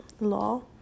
law